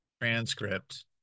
transcript